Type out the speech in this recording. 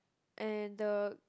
and the